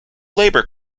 labor